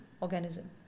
organism